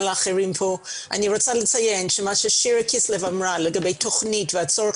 אני רוצה לציין שמה ששירה כסלו אמרה לגבי תוכנית והצורך